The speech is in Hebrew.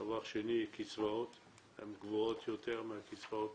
דבר שני, הקצבאות הן גבוהות יותר מהקצבאות